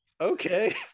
okay